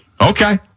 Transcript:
Okay